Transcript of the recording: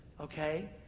okay